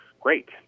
great